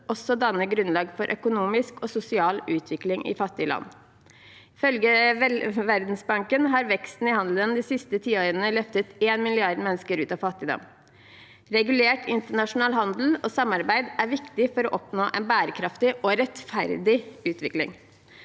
grunnlag for økonomisk og sosial utvikling i fattige land. Ifølge Verdensbanken har veksten i handelen de siste tiårene løftet en milliard mennesker ut av fattigdom. Regulert internasjonal handel og samarbeid er viktig for å oppnå en bærekraftig og rettferdig utvikling.